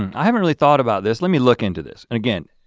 i haven't really thought about this, let me look into this and again,